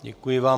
Děkuji vám.